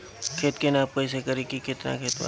खेत के नाप कइसे करी की केतना खेत बा?